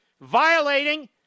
violating